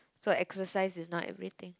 so exercise is not everything